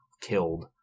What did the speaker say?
killed